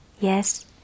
Yes